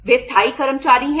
वे स्थायी कर्मचारी हैं